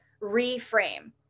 Reframe